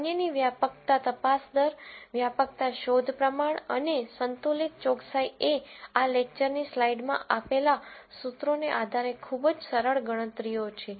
અન્યની વ્યાપકતા તપાસ દર વ્યાપકતા શોધ પ્રમાણ અને સંતુલિત ચોકસાઈ એ આ લેકચરની સ્લાઇડમાં આપેલા સૂત્રોના આધારે ખૂબ જ સરળ ગણતરીઓ છે